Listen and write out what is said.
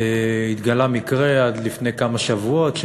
התגלה מקרה כזה לפני כמה שבועות.